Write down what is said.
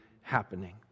happening